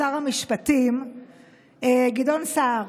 שר המשפטים גדעון סער,